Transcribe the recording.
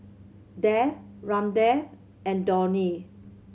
Dev Ramdev and Dhoni